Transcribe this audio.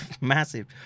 massive